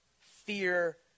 Fear